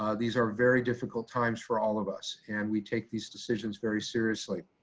ah these are very difficult times for all of us. and we take these decisions very seriously.